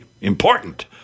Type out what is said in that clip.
important